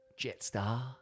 Jetstar